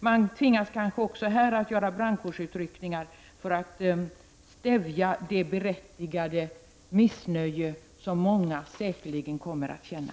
Man tvingas kanske också här att göra brandkårsutryckningar för att stävja det berättigade missnöje som många säkerligen kommer att känna.